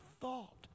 thought